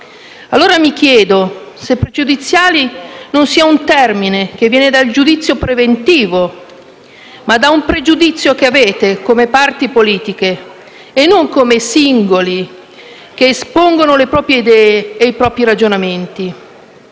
allora se «pregiudiziali» non sia un termine che viene dal giudizio preventivo, ma da un pregiudizio che avete come parti politiche e non come singoli che espongono le proprio idee e i propri ragionamenti.